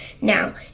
now